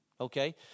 okay